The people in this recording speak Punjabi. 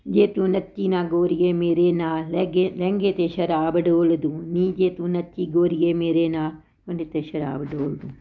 ਜੇ ਤੂੰ ਨੱਚੀ ਨਾ ਗੋਰੀਏ ਮੇਰੇ ਨਾਲ ਲੈਗੇ ਲਹਿੰਗੇ 'ਤੇ ਸ਼ਰਾਬ ਡੋਲੂ ਦੂੰ ਨੀ ਜੇ ਤੂੰ ਨੱਚੀ ਗੋਰੀਏ ਮੇਰੇ ਨਾਲ ਲਹਿੰਗੇ 'ਤੇ ਸ਼ਰਾਬ ਡੋਲ ਦੂੰ